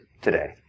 today